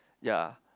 ya